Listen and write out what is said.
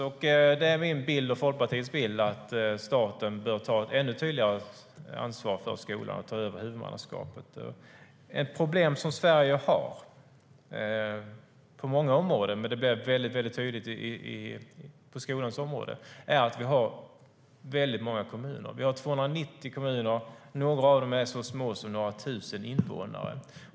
Och det är min och Folkpartiets bild att staten bör ta ett ännu tydligare ansvar för skolan och ta över huvudmannaskapet. Ett problem som Sverige har på många områden men som blir mycket tydligt på skolans område är att vi har många kommuner. Vi har 290 kommuner. Några av dem är så små som på några tusen invånare.